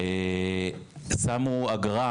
שמו אגרה,